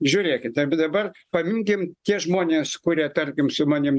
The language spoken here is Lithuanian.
žiūrėkit dabar paimkim tie žmonės kurie tarkim su manim